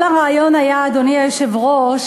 כל הרעיון היה, אדוני היושב-ראש,